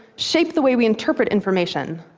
shape the way we interpret information.